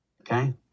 okay